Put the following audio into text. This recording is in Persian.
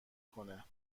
کنه